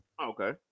okay